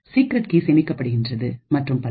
secret key சேமிக்கப்படுகிறது மற்றும் பல